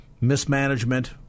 mismanagement